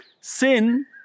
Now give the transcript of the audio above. sin